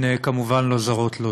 כמובן אינן זרות לו.